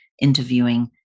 interviewing